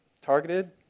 targeted